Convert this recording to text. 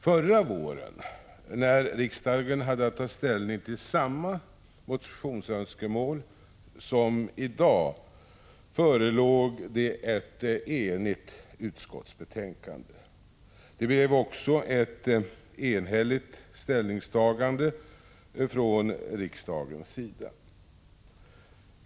Förra våren, när riksdagen hade att ta ställning till samma motionsönskemål som i dag, förelåg det ett enhälligt utskottsbetänkande. Det blev också ett enhälligt ställningstagande från riksdagens sida.